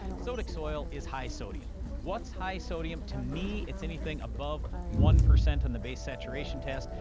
sodic soil is high sodium. what's high sodium? to me, it's anything above one percent on the base saturation test,